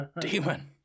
Demon